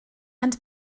and